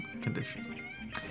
condition